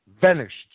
vanished